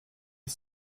est